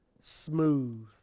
smooth